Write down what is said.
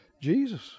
Jesus